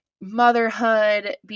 motherhood